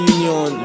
Union